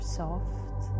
soft